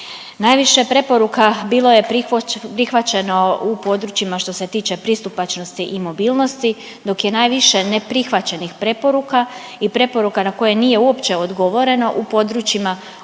Najviše preporuka bilo prihvaćeno u područjima što se tiče pristupačnosti i mobilnosti dok je najviše neprihvaćenih preporuka i preporuka na koje nije uopće odgovoreno u područjima odgoja i